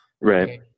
Right